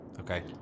okay